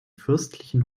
fürstlichen